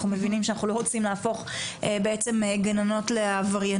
אנחנו מבינים שאנחנו לא רוצים להפוך גננות בעצם לעברייניות